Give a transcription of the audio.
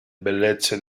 bellezze